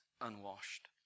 unwashed